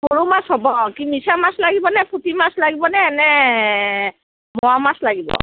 সৰু মাছ হ'ব কি মিছা মাছ লাগিবনে পুঠি মাছ লাগিবনে নে মোৱা মাছ লাগিব